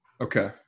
Okay